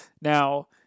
Now